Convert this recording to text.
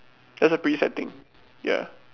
that's a pretty sad thing ya